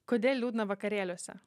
kodėl liūdna vakarėliuose